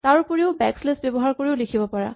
তাৰওপৰিও backslash ব্যৱহাৰ কৰিও লিখিব পাৰা